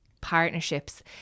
partnerships